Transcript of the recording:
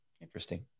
interesting